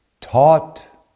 Taught